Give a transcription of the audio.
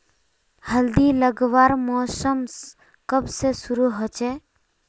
हल्दी लगवार मौसम कब से शुरू होचए?